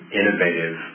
innovative